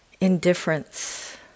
indifference